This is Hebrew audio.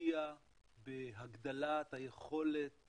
השקיעה בהגדלת היכולת